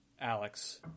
alex